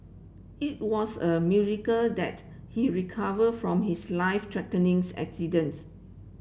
it was a miracle that he recovered from his life threatening accidents